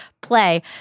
play